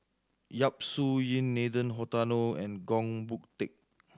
Yap Su Yin Nathan Hartono and Goh Boon Teck